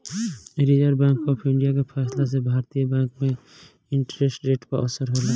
reserve bank of India के फैसला से भारतीय बैंक में इंटरेस्ट रेट पर असर होला